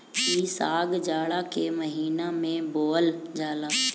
इ साग जाड़ा के महिना में बोअल जाला